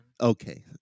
Okay